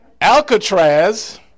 Alcatraz